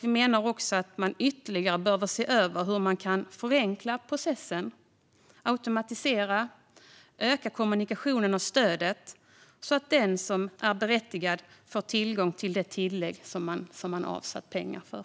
Vi menar också att man ytterligare behöver se över hur man kan förenkla processen och automatisera och öka kommunikationen och stödet så att den som är berättigad får tillgång till det tillägg som man har avsatt pengar för.